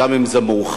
גם אם זה מאוחר,